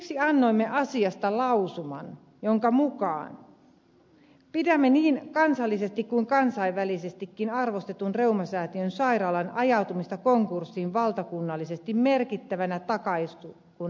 siksi annoimme asiasta lausuman jonka mukaan pidämme niin kansallisesti kuin kansainvälisestikin arvostetun reumasäätiön sairaalan ajautumista konkurssiin valtakunnallisesti merkittävänä takaiskuna reumasairaiden hoidossa